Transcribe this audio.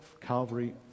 Calvary